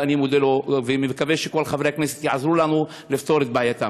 ואני מודה לו ומקווה שכל חברי הכנסת יעזרו לנו לפתור את בעייתם.